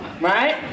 Right